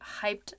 hyped